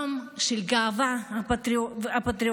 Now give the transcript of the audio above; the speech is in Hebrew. יום של גאווה פטריוטית,